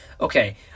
Okay